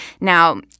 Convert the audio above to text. Now